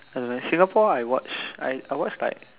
I don't know eh Singapore I watched I I watched like